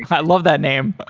i love that name.